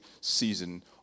season